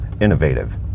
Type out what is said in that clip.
innovative